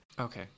Okay